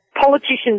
politicians